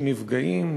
שנפגעים,